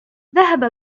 ذهب